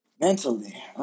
Mentally